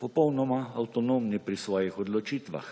popolnoma avtonomni pri svojih odločitvah